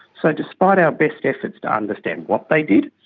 so despite our best efforts to understand what they did,